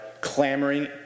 clamoring